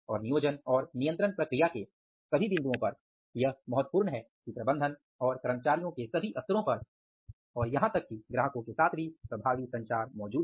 और नियोजन और नियंत्रण प्रक्रिया के सभी बिंदुओं पर यह महत्वपूर्ण है कि प्रबंधन और कर्मचारियों के सभी स्तरों पर और यहां तक कि ग्राहकों के साथ भी प्रभावी संचार मौजूद हो